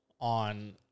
on